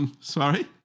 Sorry